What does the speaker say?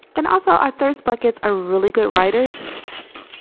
and also, our thirst buckets are really good writers. yes.